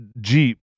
Jeep